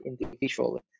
individually